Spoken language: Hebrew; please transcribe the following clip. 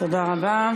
תודה רבה.